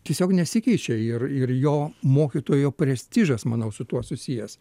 tiesiog nesikeičia ir ir jo mokytojo prestižas manau su tuo susijęs